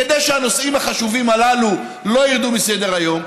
כדי שהנושאים החשובים הללו לא ירדו מסדר-היום?